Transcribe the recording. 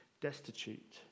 destitute